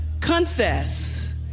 confess